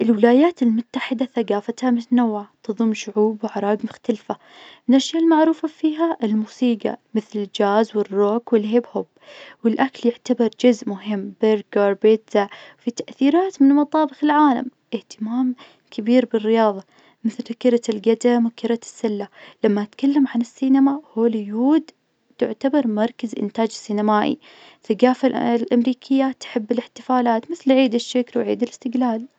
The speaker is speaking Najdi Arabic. الولايات المتحدة ثقافتها متنوعة تظم شعوب وأعراق مختلفة. نشر المعروفة فيها الموسيقى مثل الجاز والروك والهيب هوب. والأكل يعتبر جزء مهم برغر بيتزا. في تأثيرات من مطابخ العالم. إهتمام كبير بالرياظة مثل كرة القدم وكرة السلة، لما أتكلم عن السينما هوليوود تعتبر مركز إنتاج سينمائي. الثقافة ال- الأمريكية تحب الإحتفالات مثل عيد الشكر وعيد الإستقلال.